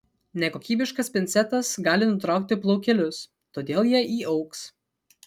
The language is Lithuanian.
nekokybiškas pincetas gali nutraukti plaukelius todėl jie įaugs